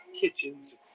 Kitchens